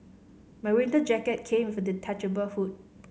my winter jacket came with a detachable hood